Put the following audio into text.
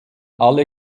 alle